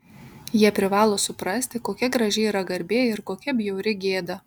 jie privalo suprasti kokia graži yra garbė ir kokia bjauri gėda